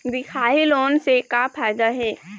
दिखाही लोन से का फायदा हे?